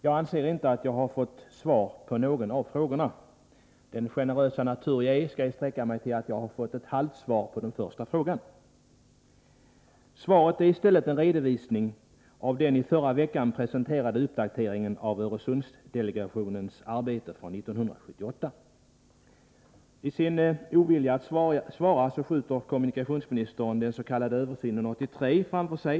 Jag anser inte att jag har fått svar på någon av frågorna. Eftersom jag är en generös natur skall jag sträcka mig så långt som till att säga att jag har fått ett halvt svar på den första frågan. Kommunikationsministerns svar är i stället en redovisning av den i förra veckan presenterade uppdateringen av Öresundsdelegationens arbete från 1978. I sin ovilja att svara skjuter kommunikationsministern rapporten Öresundsförbindelser — Översyn 1983 framför sig.